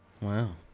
Wow